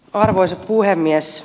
arvoisa puhemies